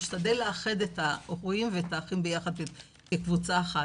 משתדל לאחד את ההורים ואת האחים ביחד כקבוצה אחת.